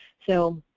so